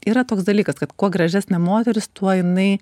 yra toks dalykas kad kuo gražesnė moteris tuo jinai